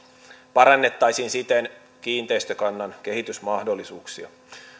parannettaisiin siten kiinteistökannan kehitysmahdollisuuksia